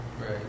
Right